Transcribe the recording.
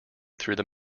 through